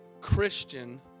Christian